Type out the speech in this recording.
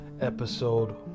Episode